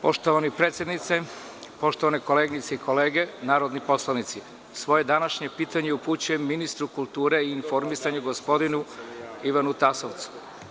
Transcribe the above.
Poštovani predsedavajući, poštovane koleginice i kolege narodni poslanici, svoje današnje pitanje upućujem ministru kulture i informisanja, gospodinu Ivanu Tasovcu.